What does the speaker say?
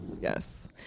Yes